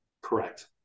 Correct